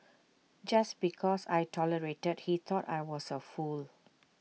just because I tolerated he thought I was A fool